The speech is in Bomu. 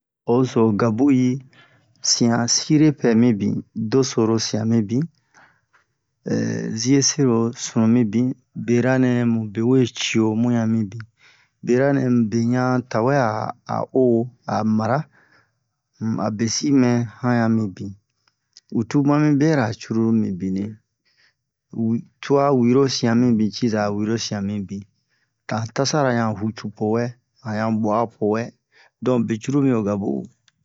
O zo ho gabu'u yi sian sire pɛ mibin do soro sian mibin ziɛ sɛro sunu mibin bera nɛ mu be we cio mu han mibin bera nɛ mu be han tawɛ'a a o a mara um a besi mɛ han yan mibin utu ma mi bera cruru mibini u tua wiro sian mibin ciza wiro sian mibin ta tasara yan hucu po wɛ han yan bua'a po wɛ don be cruru mi ho gabu'u